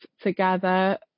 together